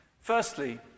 Firstly